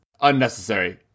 unnecessary